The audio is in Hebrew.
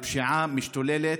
הפשיעה משתוללת,